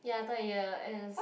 ya third year is